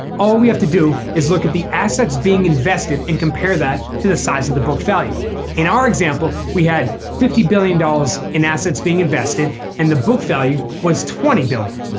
all we have to do is look at the assets being invested and compare that to the size of the book value in our example we had fifty billion dollars in assets being invested and the book value was twenty billion.